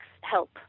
help